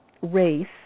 race